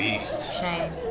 Shame